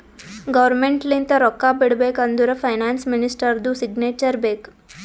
government ಲಿಂತ ರೊಕ್ಕಾ ಬಿಡ್ಬೇಕ ಅಂದುರ್ ಫೈನಾನ್ಸ್ ಮಿನಿಸ್ಟರ್ದು ಸಿಗ್ನೇಚರ್ ಬೇಕ್